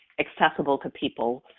accessible to people,